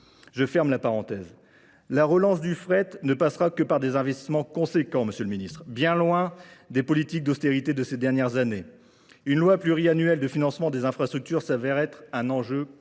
Je ferme la parenthèse. La relance du fret ne passera que par des investissements conséquents, bien loin des politiques d'austérité de ces dernières années. Une loi pluriannuelle de financement des infrastructures s'avère être un enjeu crucial.